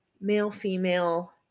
male-female